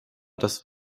das